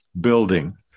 building